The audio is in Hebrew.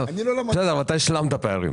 אתה השלמת פערים.